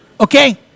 Okay